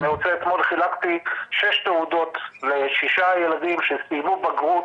אתמול חילקתי שש תעודות לשישה ילדים שסיימו בגרות